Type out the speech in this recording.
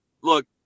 look